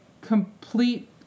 complete